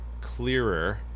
clearer